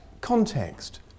context